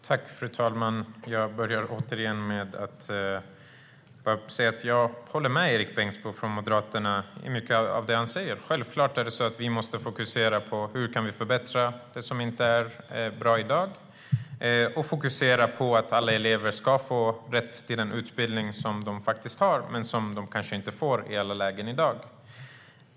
Fru talman! Jag börjar återigen med att säga att jag håller med om mycket av det Erik Bengtzboe från Moderaterna säger. Självklart måste vi fokusera på hur vi kan förbättra det som inte är bra i dag och på att alla elever ska få den utbildning som de faktiskt har rätt till men kanske inte får i alla lägen i dag.